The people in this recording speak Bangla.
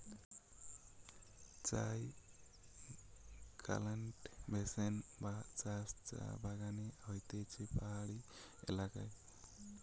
চায় কাল্টিভেশন বা চাষ চা বাগানে হতিছে পাহাড়ি এলাকায়